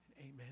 Amen